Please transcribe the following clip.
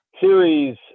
series